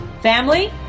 Family